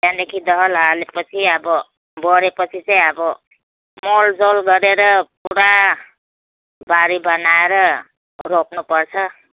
त्यहाँदेखि दल हालेपछि अब बढेपछि चाहिँ अब मलजल गरेर पुरा बारी बनाएर रोप्नुपर्छ